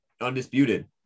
undisputed